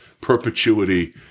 perpetuity